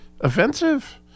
offensive